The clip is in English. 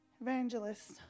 Evangelist